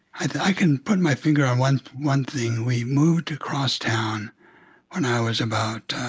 i can put my finger on one one thing. we moved across town when i was about